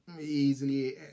easily